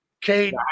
Kate